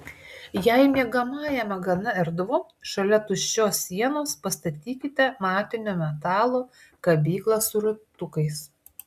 jei miegamajame gana erdvu šalia tuščios sienos pastatykite matinio metalo kabyklą su ratukais